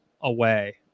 away